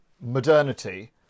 modernity